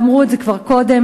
ואמרו את זה כבר קודם,